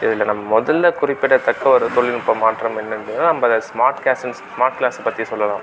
இதில் நம்ம முதல்ல குறிப்பிடதக்க ஒரு தொழில்நுட்ப மாற்றம் என்னென்னு கேட்டால் நம்ம இது ஸ்மார்ட் கேஸுன்னு ஸ்மார்ட் க்ளாஸ் பற்றி சொல்லலாம்